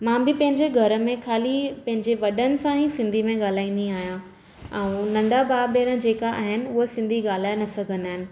मां बि पंहिंजे घर में ख़ाली पंहिंजे वॾनि सां ई सिंधी में ॻाल्हाईंदी आहियां ऐं नंढा भाउ भेण जेका आहिनि उहे सिंधी ॻाल्हाए न सघंदा आहिनि